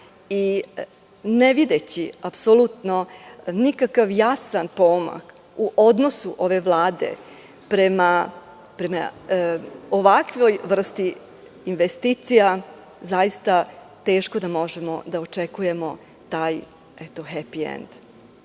i ne videći apsolutno nikakav jasan pomak u odnosu ove vlade prema ovakvoj vrsti investicija, teško da možemo da očekujemo taj hepi